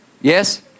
Yes